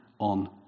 on